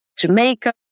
Jamaica